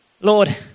Lord